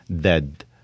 dead